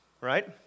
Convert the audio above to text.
right